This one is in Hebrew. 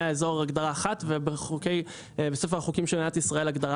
האזור הגדרה אחת ובספר החוקים של מדינת ישראל הגדרה